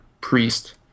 Priest